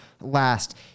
last